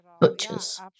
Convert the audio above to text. butchers